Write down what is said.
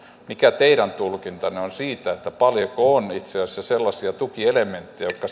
näkökulmaa mikä teidän tulkintanne on siitä paljonko on itse asiassa sellaisia tukielementtejä jotka